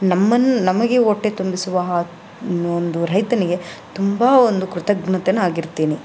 ನಮ್ಮನ್ನು ನಮಗೆ ಹೊಟ್ಟೆ ತುಂಬಿಸುವಹ ಒಂದು ರೈತನಿಗೆ ತುಂಬಾ ಒಂದು ಕೃತಜ್ಞತನಾಗಿರ್ತಿನಿ